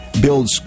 builds